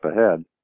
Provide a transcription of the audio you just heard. ahead